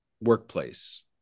workplace